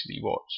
watch